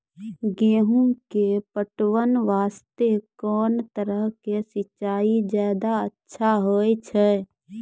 गेहूँ के पटवन वास्ते कोंन तरह के सिंचाई ज्यादा अच्छा होय छै?